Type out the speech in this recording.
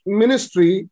ministry